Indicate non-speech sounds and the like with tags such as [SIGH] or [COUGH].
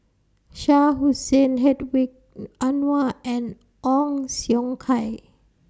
Shah Hussain Hedwig [NOISE] Anuar and Ong Siong Kai